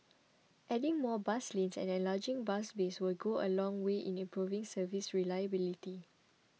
adding more bus lanes and enlarging bus bays will go a long way in improving service reliability